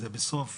זה בסוף